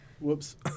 whoops